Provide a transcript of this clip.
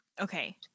Okay